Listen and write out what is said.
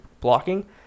blocking